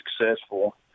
successful